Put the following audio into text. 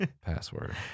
password